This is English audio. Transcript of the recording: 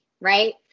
Right